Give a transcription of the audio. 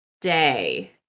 day